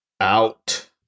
out